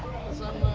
awesome.